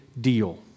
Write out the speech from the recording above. deal